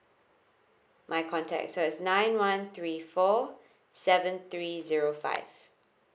my contacts so it's nine one three four seven three zero five